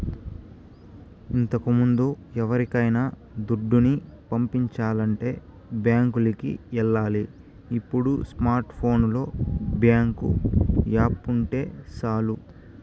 ఇంతకముందు ఎవరికైనా దుడ్డుని పంపించాలంటే బ్యాంకులికి ఎల్లాలి ఇప్పుడు స్మార్ట్ ఫోనులో బ్యేంకు యాపుంటే సాలు